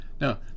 Now